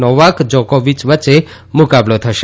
Novak Djokovic વચ્ચે મુકાબલો થશે